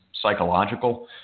psychological